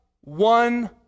one